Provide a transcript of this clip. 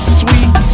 sweet